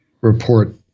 report